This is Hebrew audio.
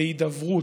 בהידברות,